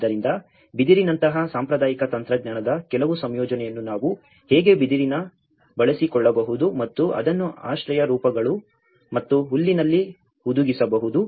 ಆದ್ದರಿಂದ ಬಿದಿರಿನಂತಹ ಸಾಂಪ್ರದಾಯಿಕ ತಂತ್ರಜ್ಞಾನದ ಕೆಲವು ಸಂಯೋಜನೆಯನ್ನು ನಾವು ಹೇಗೆ ಬಿದಿರಿನ ಬಳಸಿಕೊಳ್ಳಬಹುದು ಮತ್ತು ಅದನ್ನು ಆಶ್ರಯ ರೂಪಗಳು ಮತ್ತು ಹುಲ್ಲಿನಲ್ಲಿ ಹುದುಗಿಸಬಹುದು